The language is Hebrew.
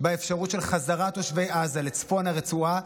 באפשרות של חזרת תושבי עזה לצפון הרצועה